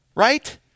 right